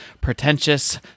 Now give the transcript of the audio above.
pretentious